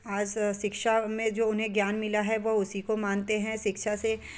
आज शिक्षा में जो उन्हें ज्ञान मिला है वह उसी को मानते हैं शिक्षा से